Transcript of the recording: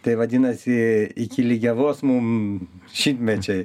tai vadinasi iki lygiavos mum šimtmečiai